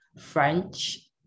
French